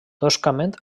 toscament